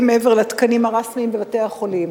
מעבר לתקנים הרשמיים בבתי-החולים.